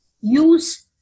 use